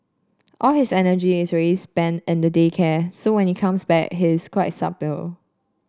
all his energy is already spent in the day care so when he comes back he is quite subdued